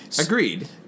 Agreed